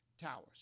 Towers